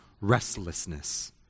restlessness